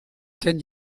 ken